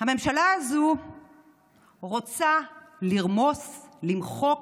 הממשלה הזו רוצה לרמוס, למחוק